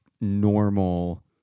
normal